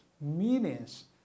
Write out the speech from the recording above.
Millions